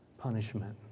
punishment